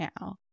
now